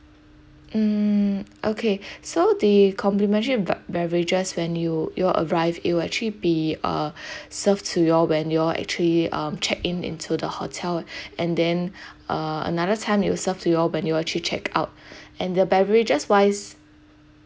hmm okay so the complimentary b~ beverages when you you all arrive it will actually be uh served to you all when you all actually um check in into the hotel and then uh another time it will serve to you all when you actually check out and the beverages wise